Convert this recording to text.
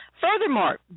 Furthermore